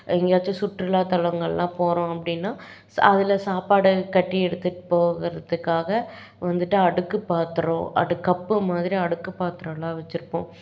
எங்கேயாச்சும் சுற்றுலாத்தலங்களெலாம் போகிறோம் அப்படின்னா ஸ் அதில் சாப்பாடு கட்டி எடுத்துகிட்டு போகிறதுக்காக வந்துட்டு அடுக்கு பாத்திரம் அடு கப்பு மாதிரி அடுக்கு பாத்திரலாம் வெச்சுருப்போம்